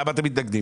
למה אתם מתנגדים?